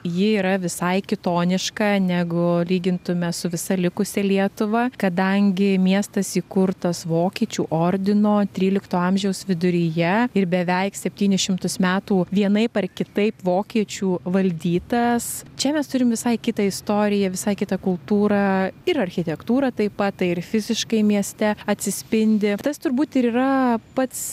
ji yra visai kitoniška negu lygintume su visa likusia lietuva kadangi miestas įkurtas vokiečių ordino trylikto amžiaus viduryje ir beveik septynis šimtus metų vienaip ar kitaip vokiečių valdytas čia mes turim visai kitą istoriją visai kitą kultūrą ir architektūrą taip pat tai ir fiziškai mieste atsispindi tas turbūt ir yra pats